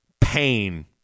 pain